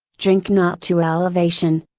drink not to elevation.